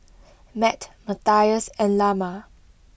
Mat Matthias and Lamar